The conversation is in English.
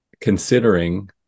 considering